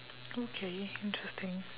okay interesting